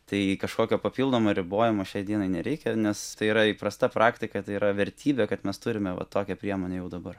tai kažkokio papildomo ribojimo šiai dienai nereikia nes tai yra įprasta praktika tai yra vertybė kad mes turime va tokia priemonę jau dabar